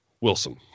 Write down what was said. Wilson